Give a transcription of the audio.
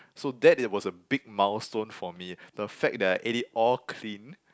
so that it was a big milestone for me the fact that I ate it all clean